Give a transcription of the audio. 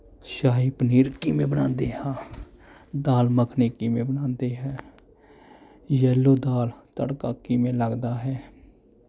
ਸ਼ਾਹੀ ਪਨੀਰ ਕਿਵੇਂ ਬਣਾਉਂਦੇ ਹਾਂ ਦਾਲ ਮੱਖਣੀ ਕਿਵੇਂ ਬਣਾਉਂਦੇ ਹੈ ਯੈਲੋ ਦਾਲ ਤੜਕਾ ਕਿਵੇਂ ਲੱਗਦਾ ਹੈ